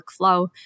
workflow